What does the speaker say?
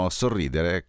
sorridere